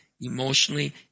emotionally